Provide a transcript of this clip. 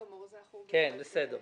בבקשה.